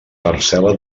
parcel·la